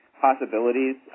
possibilities